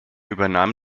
übernahm